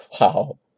Wow